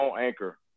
Anchor